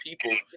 People